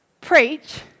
preach